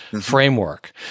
framework